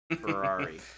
Ferrari